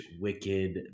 wicked